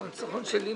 לא ניצחון שלי.